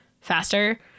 faster